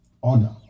order